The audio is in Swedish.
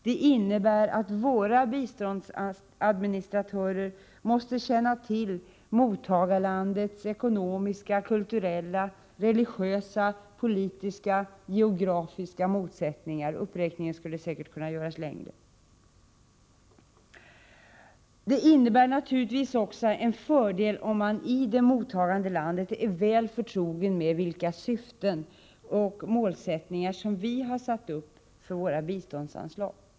Det innebär att våra biståndsadministratörer måste känna till mottagarlandets ekonomiska, kulturella, religiösa, politiska, geografiska och andra förutsättningar. Det är naturligtvis också en fördel om man i det mottagande landet är förtrogen med vilka syften och mål som vi har satt upp för våra biståndsanslag.